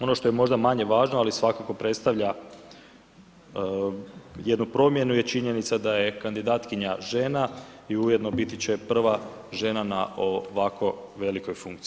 Ono što je možda manje važno ali svakako predstavlja jednu promjenu je činjenica da je kandidatkinja žena i ujedno biti će prva žena na ovako velikoj funkciji.